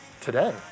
today